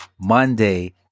Monday